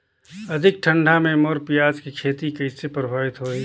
अधिक ठंडा मे मोर पियाज के खेती कइसे प्रभावित होही?